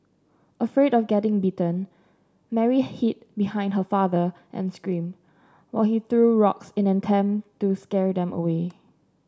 afraid of getting bitten Mary hid behind her father and screamed while he threw rocks in an attempt to scare them away